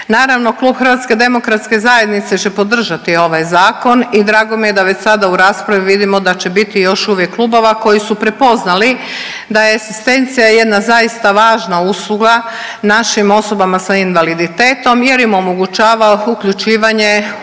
Naravno Klub HDZ-a će podržati ovaj zakon i drago mi je da već sada u raspravi vidimo da će biti još uvijek klubova koji su prepoznali da je egzistencija jedna zaista važna usluga našim osobama sa invaliditetom jer im omogućava uključivanje u